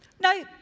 No